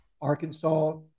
Arkansas